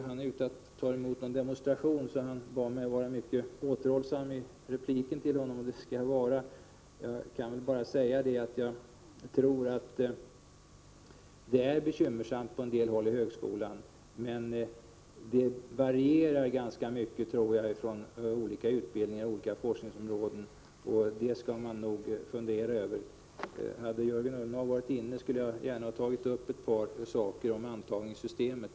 Han måste ta emot en grupp, och han bad att jag skulle vara mycket återhållsam i min replik till honom. Jag skall vara det och bara säga att det nog är bekymmersamt på en del håll inom högskolan men att det varierar mycket mellan olika utbildningar och olika forskningsområden. Detta bör man fundera över. Hade Jörgen Ullenhag varit här i kammaren skulle jag gärna ha nämnt ett par saker om antagningssystemet.